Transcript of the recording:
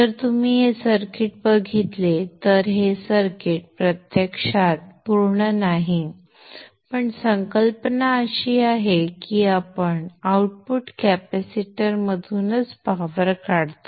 जर तुम्ही हे सर्किट बघितले तर हे सर्किट प्रत्यक्षात पूर्ण नाही पण संकल्पना अशी आहे की आपण आउटपुट कॅपेसिटरमधूनच पॉवर काढतो